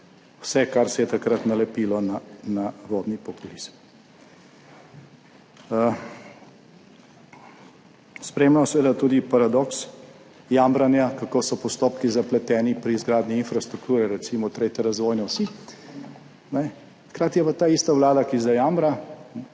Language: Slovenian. vse, kar se je takrat nalepilo na vodni populizem. Spremljamo seveda tudi paradoks jamranja, kako so postopki zapleteni pri izgradnji infrastrukture, recimo tretje razvojne osi, hkrati je pa taista vlada, ki zdaj jamra,